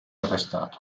arrestato